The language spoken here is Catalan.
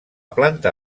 planta